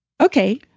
Okay